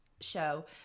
show